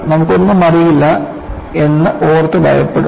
നമുക്ക് ഒന്നും അറിയില്ല എന്ന് ഓർത്തു ഭയപ്പെടും